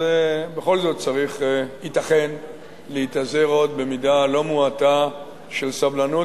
בכל זאת ייתכן שיש להתאזר עוד במידה לא מועטה של סבלנות,